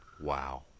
Wow